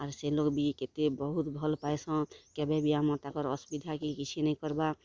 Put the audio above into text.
ଆରୁ ସେ ଲୋକ୍ ବି କେତେ ବହୁତ୍ ଭଲ୍ ପାଏସନ୍ କେବେ ବି ଆମର୍ ତାଙ୍କର୍ କିଛି ଅସୁବିଧା କି କିଛି ନାଇ କର୍ବାର୍